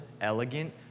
elegant